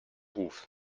ruf